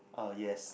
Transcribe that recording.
uh yes